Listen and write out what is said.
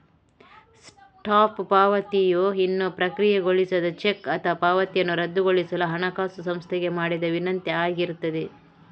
stop ಪಾವತಿಯು ಇನ್ನೂ ಪ್ರಕ್ರಿಯೆಗೊಳಿಸದ ಚೆಕ್ ಅಥವಾ ಪಾವತಿಯನ್ನ ರದ್ದುಗೊಳಿಸಲು ಹಣಕಾಸು ಸಂಸ್ಥೆಗೆ ಮಾಡಿದ ವಿನಂತಿ ಆಗಿರ್ತದೆ